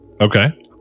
Okay